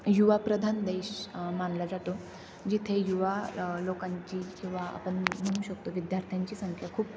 युवा प्रधान देश मानला जातो जिथे युवा लोकांची किंवा आपण म्हणू शकतो विद्यार्थ्यांची संख्या खूप